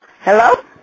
Hello